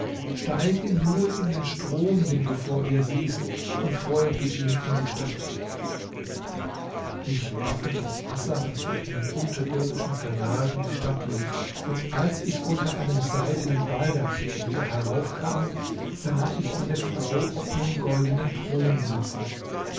steige nur in den strom den du vor dir siehst und folge ihm in die stadt ich warf mich ins wasser das durch einen unterirdischen kanal in die stadt lief und als ich unter einem seidenen baldachin wieder herauf kam sah ich meine frau auf einem goldenen thron sitzen